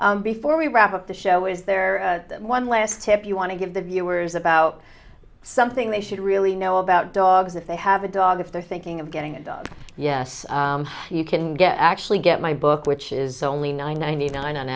involved before we wrap up the show is there one last tip you want to give the viewers about something they should really know about dogs if they have a dog if they're thinking of getting a dog yes you can get actually get my book which is only ninety nine on